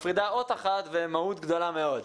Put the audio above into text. מפרידה אות אחת ומהות גדולה מאוד,